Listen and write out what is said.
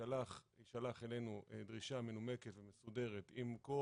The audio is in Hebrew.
שתישלח אלינו דרישה מנומקת ומסודרת עם כל